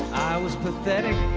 was pathetic